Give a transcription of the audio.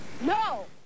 No